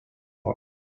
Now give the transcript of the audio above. poc